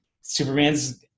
Superman's